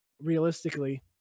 realistically